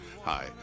Hi